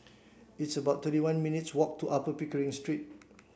it's about thirty one minutes' walk to Upper Pickering Street